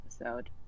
episode